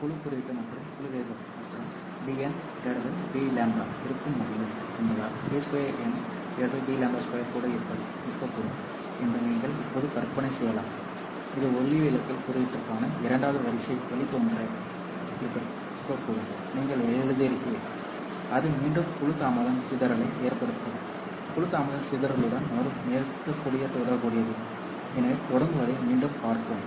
குழு குறியீட்டு மற்றும் குழு வேகம் மற்றும் dn dλ இருக்க முடியும் என்பதால் d2n dλ2 கூட இருக்கக்கூடும் என்று நீங்கள் இப்போது கற்பனை செய்யலாம் இது ஒளிவிலகல் குறியீட்டிற்கான இரண்டாவது வரிசை வழித்தோன்றல் இருக்கக்கூடும் நீங்கள் எழுதுகிறீர்கள் அது மீண்டும் குழு தாமதம் சிதறலை ஏற்படுத்தும் குழு தாமதம் சிதறலுடன் நெருக்கமாக தொடர்புடையது எனவே தொடங்குவதை மீண்டும் பார்ப்போம்